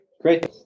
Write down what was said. great